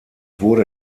wurde